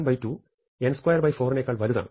n2 n24 നേക്കാൾ വലുതാണ്